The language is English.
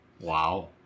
Wow